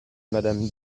madame